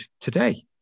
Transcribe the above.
today